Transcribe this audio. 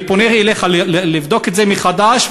אותה דרישת תשלום משלמים גם עבור הביוב,